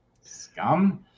Scum